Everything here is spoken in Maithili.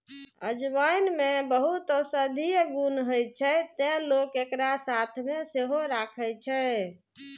अजवाइन मे बहुत औषधीय गुण होइ छै, तें लोक एकरा साथ मे सेहो राखै छै